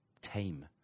tame